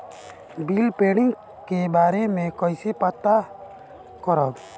Bill pending के बारे में कईसे पता करब?